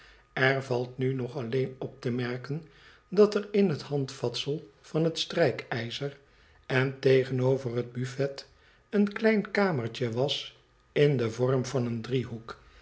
er valt nu nog alleen op te merken dat er in het handvatsel van het strijkijzer en tegenover het buffet een klein kamertje was in den vorm van een driehoek